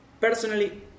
Personally